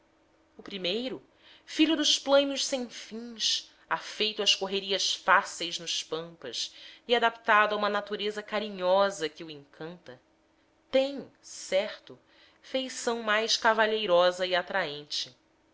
o primeiro filho dos plainos sem fins afeito às correrias fáceis nos pampas e adaptado a uma natureza carinhosa que o encanta tem certo feição mais cavalheirosa